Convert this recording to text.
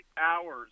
hours